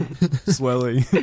swelling